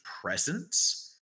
presence